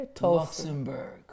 Luxembourg